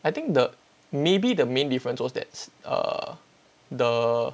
I think the maybe the main difference was that err the